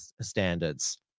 standards